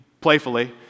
playfully